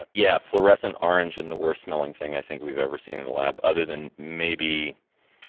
yeah. fluorescent orange and the worst smelling thing i think we've ever seen in the lab other than maybe,